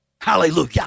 Hallelujah